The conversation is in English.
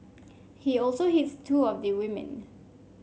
he also hits two of the women